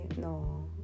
no